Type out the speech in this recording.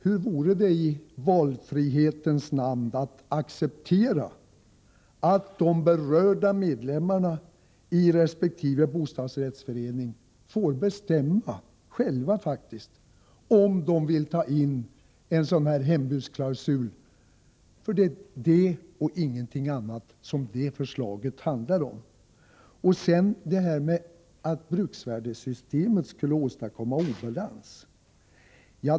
Hur vore det om man i valfrihetens namn accepterade att de berörda medlemmarna i resp. bostadsrättsförening själva får bestämma om de vill ta in en hembudsklausul? Det är det och ingenting annat som förslaget handlar om. Det har talats om att bruksvärdessystemet skulle åstadkomma obalans.